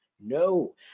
no